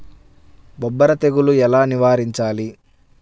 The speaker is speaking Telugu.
బొబ్బర తెగులు ఎలా నివారించాలి?